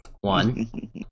one